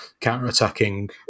counter-attacking